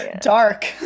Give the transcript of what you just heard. Dark